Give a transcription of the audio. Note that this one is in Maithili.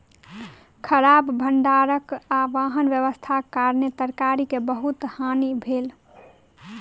खराब भण्डार आ वाहन व्यवस्थाक कारणेँ तरकारी के बहुत हानि भेल